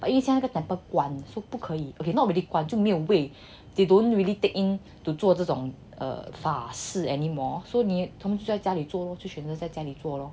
but 因为现在那个 temple 关 so 不可以 okay not really 关就没有位 they don't really take in to 做这种 err 法式 anymore so 你只能在家里做 lor 就选择在家里做 lor